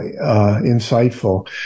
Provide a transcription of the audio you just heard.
insightful